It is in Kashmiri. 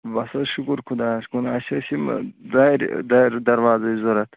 بَس حظ شُکُر خۄدایَس کُن اَسہِ ٲسۍ یِم دارِ دارِ درواز ٲسۍ ضرورَت